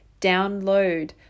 download